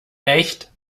echt